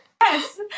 Yes